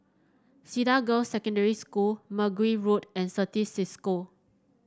Cedar Girls' Secondary School Mergui Road and Certis Cisco